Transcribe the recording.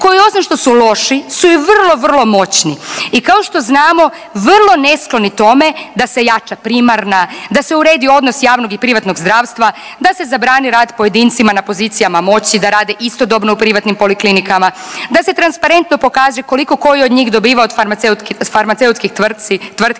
koji osim što loši su i vrlo, vrlo moćni. I kao što znamo vrlo neskloni tome da se jača primarna, da se uredi odnos javnog i privatnog zdravstva, da se zabrani rad pojedincima na pozicijama moći da rade istodobno u privatnim poliklinikama, da se transparentno pokaže koliko koji od njih dobiva od farmaceutskih tvrtki,